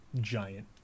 giant